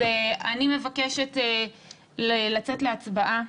אני מבקשת לצאת להצבעה.